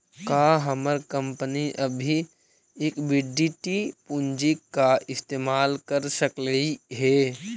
का हमर कंपनी अभी इक्विटी पूंजी का इस्तेमाल कर सकलई हे